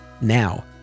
Now